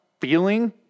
Feeling